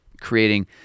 creating